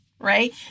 right